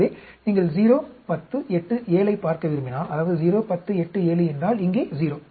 எனவே நீங்கள் 0 10 8 7 ஐப் பார்க்க விரும்பினால் அதாவது 0 10 8 7 என்றால் இங்கே 0